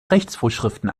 rechtsvorschriften